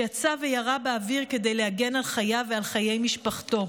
ויצא וירה באוויר כדי להגן על חייו ועל חיי משפחתו.